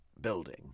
building